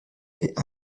est